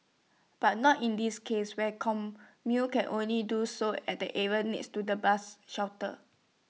but not in this case where commuters can only do so at the area next to the bus shelter